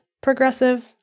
progressive